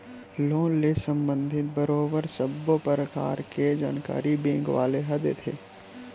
loan ले संबंधित बरोबर सब्बो परकार के जानकारी बेंक वाले ह देथे